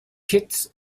kitts